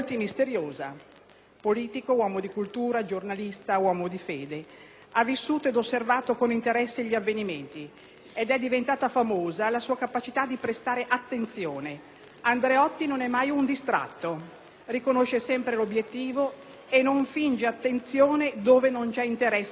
politico, uomo di cultura, giornalista, uomo di fede. Ha vissuto ed osservato con interesse gli avvenimenti ed è diventata famosa la sua capacità dì prestare attenzione. Andreotti non è mai un distratto. Riconosce sempre l'obiettivo e non finge attenzione dove non c'è interesse a prestarla.